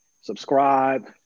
subscribe